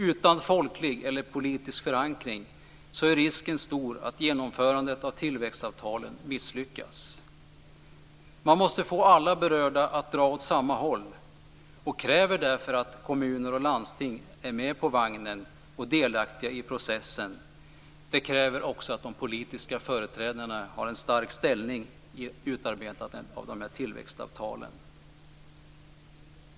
Utan folklig eller politisk förankring är risken stor att genomförandet av tillväxtavtalen misslyckas. Man måste få alla berörda att dra åt samma håll. Kommuner och landsting måste därför vara med på vagnen och delaktiga i processen. Det kräver också att de politiska företrädarna har en stark ställning vid utarbetandet av tillväxtavtalen.